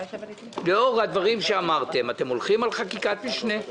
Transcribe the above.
לאור הדברים שאמרתם, אתם הולכים על חקיקת משנה?